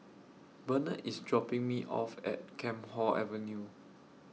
Bernard IS dropping Me off At Camphor Avenue